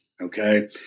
Okay